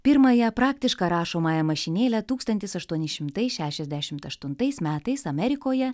pirmąją praktišką rašomąją mašinėlę tūkstantis aštuoni šimtai šešiasdešimt aštuntais metais amerikoje